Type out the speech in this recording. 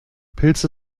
pilze